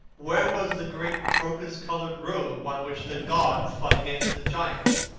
where was the great crocus-coloured robe, on which the gods fought against the giants,